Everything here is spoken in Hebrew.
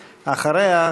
ואחריה,